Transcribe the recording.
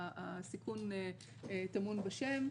הסיכון טמון בשם,